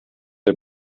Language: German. der